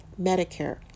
Medicare